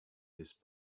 this